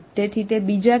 તેથી તે બીજા ક્રમમાં છે